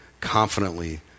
confidently